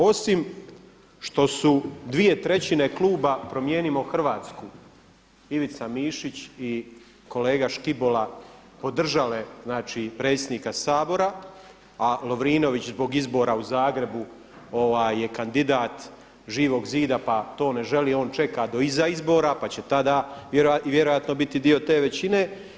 Osim što su dvije trećine kluba Promijenimo Hrvatsku, Ivica Mišić i kolega Škibola podržale znači predsjednika Sabora a Lovrinović zbog izbora u Zagrebu je kandidat Živog zida pa to ne želi on čekati do iza izbora pa će tada i vjerojatno biti dio te većine.